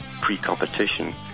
pre-competition